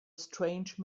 strange